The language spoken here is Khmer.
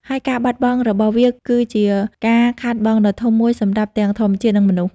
ហើយការបាត់បង់របស់វាគឺជាការខាតបង់ដ៏ធំមួយសម្រាប់ទាំងធម្មជាតិ និងមនុស្ស។